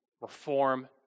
reform